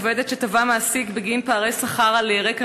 עובדת שתבעה מעסיק בגין פערי שכר על רקע